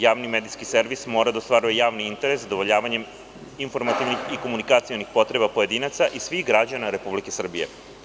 Javni medijski servis mora da ostvaruje javni interes zadovoljavanjem informativnih i komunikacionih potreba pojedinaca i svih građana Republike Srbije.